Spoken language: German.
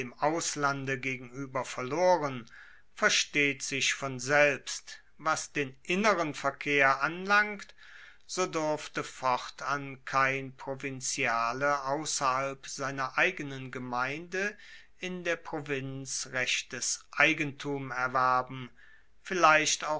auslands gegenueber verloren versteht sich von selbst was den inneren verkehr anlangt so durfte fortan kein provinziale ausserhalb seiner eigenen gemeinde in der provinz rechtes eigentum erwerben vielleicht